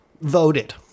voted